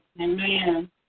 amen